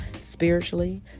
spiritually